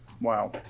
Wow